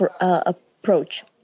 approach